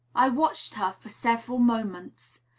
i watched her for several moments,